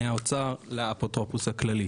מהאוצר לאפוטרופוס הכללי,